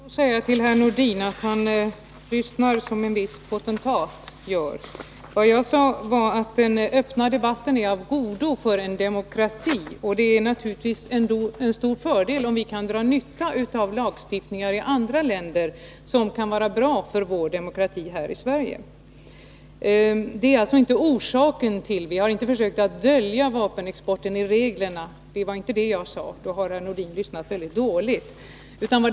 Fru talman! Jag måste säga till herr Nordin att han lyssnar som en viss potentat. Vad jag sade var att den öppna debatten är av godo för en demokrati. Det är naturligtvis en stor fördel om vi kan dra nytta av andra länders lagstiftning, här i Sverige. Jag tror inte att man har försökt dölja vapenexporten i reglerna. Det var inte det jag sade. Om herr Nordin fick den uppfattningen måste han ha lyssnat väldigt dåligt.